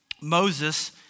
Moses